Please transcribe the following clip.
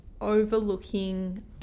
overlooking